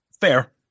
Fair